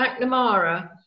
McNamara